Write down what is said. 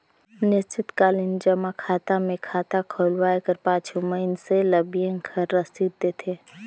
निस्चित कालीन जमा खाता मे खाता खोलवाए कर पाछू मइनसे ल बेंक हर रसीद देथे